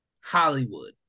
Hollywood